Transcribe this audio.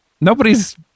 nobody's